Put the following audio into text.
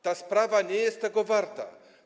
Ta sprawa nie jest tego warta.